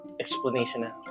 explanation